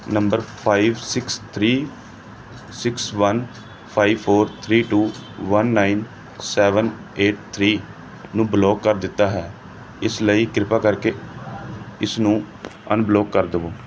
number five six three six one five four three two one nine seven eight three ਨੂੰ block ਕਰ ਦਿੱਤਾ ਹੈ ਇਸ ਲਈ ਕਿਰਪਾ ਕਰਕੇ ਇਸਨੂੰ ਅਨਬਲੌਕ ਕਰ ਦੇਵੋ